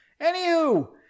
Anywho